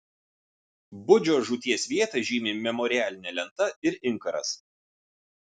budžio žūties vietą žymi memorialinė lenta ir inkaras